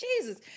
Jesus